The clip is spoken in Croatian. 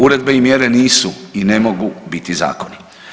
Uredbe i mjere nisu i ne mogu biti zakoni.